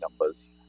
numbers